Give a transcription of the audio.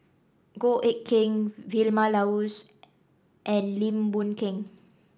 Goh Eck Kheng Vilma Laus and Lim Boon Keng